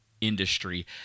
industry